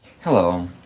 hello